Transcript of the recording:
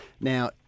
Now